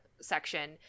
section